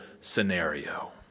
scenario